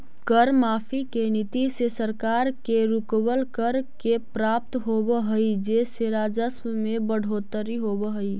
कर माफी के नीति से सरकार के रुकवल, कर के प्राप्त होवऽ हई जेसे राजस्व में बढ़ोतरी होवऽ हई